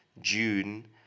June